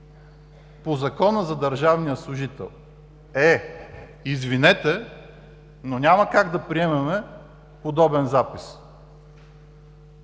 по Закона за държавния служител. Е, извинете, но няма как да приемем подобен запис,